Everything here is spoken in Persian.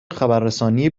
خبررسانی